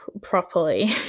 properly